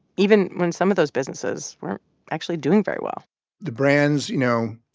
even when some of those businesses weren't actually doing very well the brands, you know,